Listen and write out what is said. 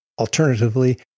Alternatively